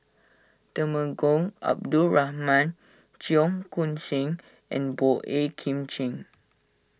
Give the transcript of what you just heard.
Temenggong Abdul Rahman Cheong Koon Seng and Boey Kim Cheng